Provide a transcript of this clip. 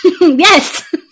Yes